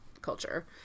culture